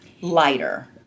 lighter